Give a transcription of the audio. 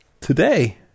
today